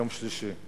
יום שלישי,